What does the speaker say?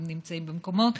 כי הם נמצאים במקומות